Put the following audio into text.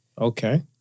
Okay